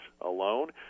alone